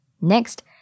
Next